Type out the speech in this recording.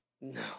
No